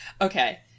Okay